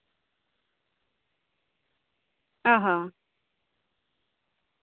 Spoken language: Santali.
ᱚᱸᱻ ᱦᱚᱸ